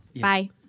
Bye